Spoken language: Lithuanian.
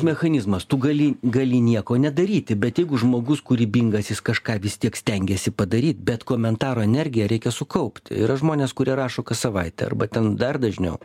mechanizmas tu gali gali nieko nedaryti bet jeigu žmogus kūrybingas jis kažką vis tiek stengiasi padaryt bet komentaro energiją reikia sukaupt yra žmonės kurie rašo kas savaitę ten dar dažniau